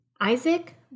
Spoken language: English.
Isaac